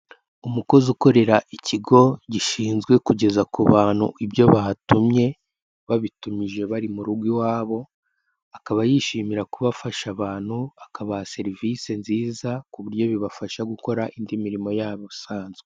Umukozi ukorera ikigo gishinzwe kugeza ku bantu ibyo batumye, babitumije bari mu rugo iwabo akaba yishimira kuba afasha abantu, akabaha serivisi nziza ku buryo bibafasha gukora indi mirimo yabo isanzwe.